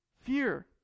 Fear